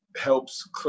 helps